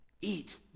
Eat